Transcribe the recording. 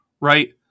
right